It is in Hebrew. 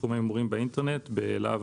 בתחום ההימורים באינטרנט בלה"ב